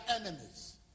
enemies